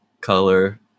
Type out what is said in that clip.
color